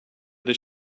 this